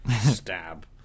Stab